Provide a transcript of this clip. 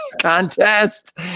contest